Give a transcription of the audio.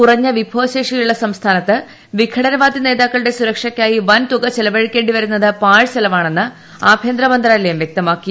കുറഞ്ഞ വിഭവശേഷിയുള്ള സംസ്ഥാനത്ത് വിഘടനവാദി നേതാക്കളുടെ സുരക്ഷയ്ക്കായി വൻ തുക ചെലവഴിക്കേണ്ടി വരുന്നത് പാഴ് ചെലവാണെന്ന് ആഭ്യന്തര മന്ത്രാലയം വക്താവ് വ്യക്തമാക്കി